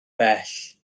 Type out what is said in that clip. bell